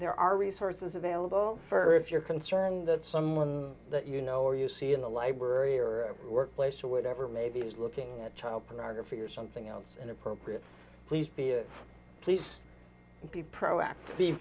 there are resources available for if you're concerned that someone that you know or you see in the library or workplace or whatever maybe is looking at child pornography or something else inappropriate please please be proactive be